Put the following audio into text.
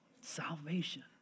salvation